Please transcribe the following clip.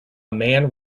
man